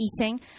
eating